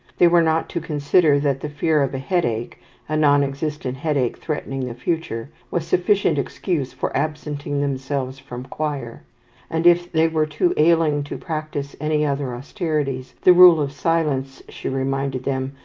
they were not to consider that the fear of a headache a non-existent headache threatening the future was sufficient excuse for absenting themselves from choir and, if they were too ailing to practise any other austerities, the rule of silence, she reminded them,